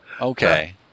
Okay